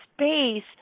space